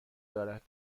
دارد